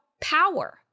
power